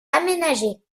aménagée